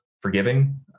forgiving